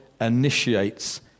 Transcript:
initiates